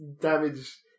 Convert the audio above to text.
damage